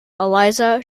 eliza